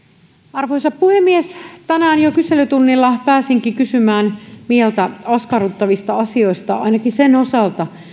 arvoisa puhemies tänään jo kyselytunnilla pääsinkin kysymään mieltä askarruttavista asioista ainakin sen osalta